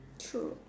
true